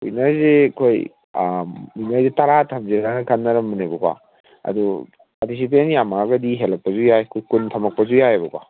ꯋꯤꯟꯅꯔꯁꯦ ꯑꯩꯈꯣꯏ ꯋꯤꯟꯅꯔꯁꯦ ꯇꯔꯥ ꯊꯝꯁꯤꯔꯥ ꯈꯟꯅꯔꯝꯕꯅꯦꯕꯀꯣ ꯑꯗꯣ ꯄꯥꯔꯇꯤꯁꯤꯄꯦꯟ ꯌꯥꯝꯃꯛꯑꯒꯗꯤ ꯍꯦꯜꯂꯛꯄꯁꯨ ꯌꯥꯏ ꯑꯩꯈꯣꯏ ꯀꯨꯟ ꯊꯝꯃꯛꯄꯁꯨ ꯌꯥꯏꯕꯀꯣ